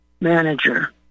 manager